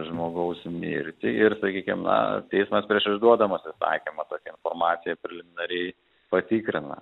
žmogaus mirtį ir sakykim na teismas prieš išduodamas įsakymą tokią informaciją preliminariai patikrina